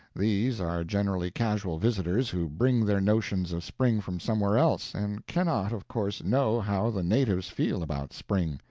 these are generally casual visitors, who bring their notions of spring from somewhere else, and cannot, of course, know how the natives feel about spring.